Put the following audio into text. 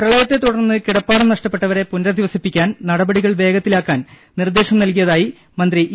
പ്രളയത്തെ തുടർന്ന് കിടപ്പാടം നഷ്ടപ്പെട്ടവരെ പുനരധിവസിപ്പിക്കാൻ നടപടികൾ വേഗത്തിലാക്കാൻ നിർദ്ദേശം നൽകിയതായി മന്ത്രി ഇ